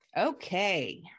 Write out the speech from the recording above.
Okay